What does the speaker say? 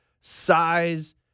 size